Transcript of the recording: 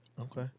Okay